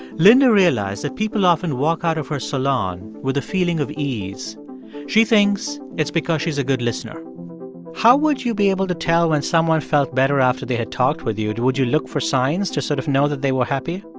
linda realized that people often walk out of her salon with a feeling of ease she thinks it's because she's a good listener how would you be able to tell when someone felt better after they had talked with you? would you look for signs to sort of know that they were happy?